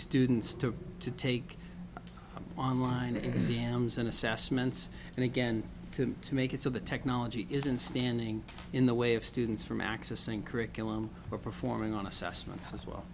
students to to take online exams and assessments and again to to make it so the technology isn't standing in the way of students from accessing curriculum or performing on assessments as well